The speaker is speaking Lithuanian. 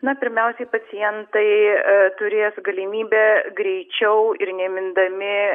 na pirmiausiai pacientai turės galimybę greičiau ir ne mindami